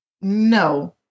No